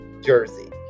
Jersey